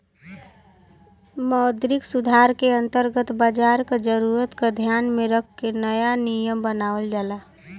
मौद्रिक सुधार के अंतर्गत बाजार क जरूरत क ध्यान में रख के नया नियम बनावल जाला